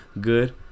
good